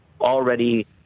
already